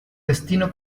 destino